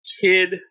kid